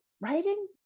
writing